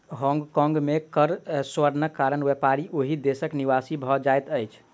Hong Kong में कर स्वर्गक कारण व्यापारी ओहि देशक निवासी भ जाइत अछिं